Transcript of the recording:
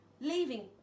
leaving